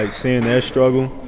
like, seeing their struggle.